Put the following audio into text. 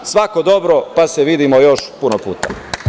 Svako dobro, pa se vidimo još puno puta.